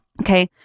Okay